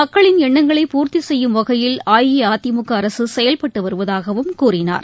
மக்களின் எண்ணங்களை பூர்த்தி செய்யும் வகையில் அஇஅதிமுக அரசு செயவ்பட்டு வருவதாகவும் கூறினார்